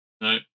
No